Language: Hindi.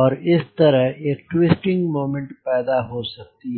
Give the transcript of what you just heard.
और इस तरह से एक ट्विस्टिंग मोमेंट पैदा हो सकती है